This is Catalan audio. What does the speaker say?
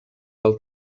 del